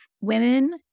women